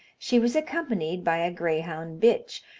she was accompanied by a greyhound bitch,